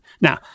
Now